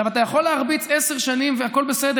אתה יכול להרביץ עשר שנים והכול בסדר,